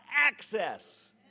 access